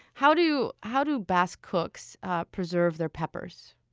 how do how do basque cooks preserve their peppers?